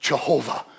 Jehovah